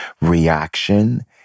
reaction